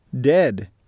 dead